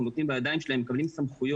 נותנים בידיים שלהם הם מקבלים סמכויות,